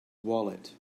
wallet